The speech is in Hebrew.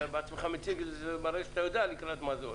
אתה בעצמך מציג ומראה שאתה יודע לקראת מה זה הולך.